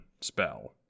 spell